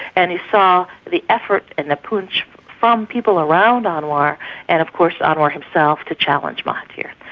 and you saw the effort and the putsch from people around anwar and of course anwar himself to challenge mahathir.